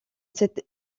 cette